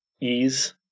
ease